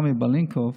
רמי בלינקוב,